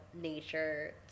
nature